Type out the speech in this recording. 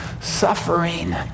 suffering